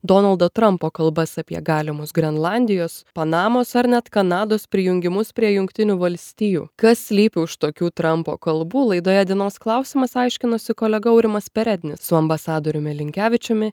donaldo trampo kalbas apie galimus grenlandijos panamos ar net kanados prijungimus prie jungtinių valstijų kas slypi už tokių trampo kalbų laidoje dienos klausimas aiškinosi kolega aurimas perednis su ambasadoriumi linkevičiumi